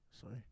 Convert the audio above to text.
sorry